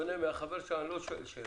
בשונה מהחבר שם, אני לא שואל שאלות.